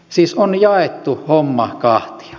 siis on jaettu homma kahtia